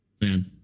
man